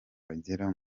bagera